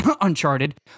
uncharted